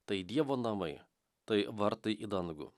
tai dievo namai tai vartai į dangų